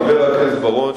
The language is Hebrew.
חבר הכנסת בר-און,